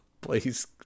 please